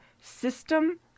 system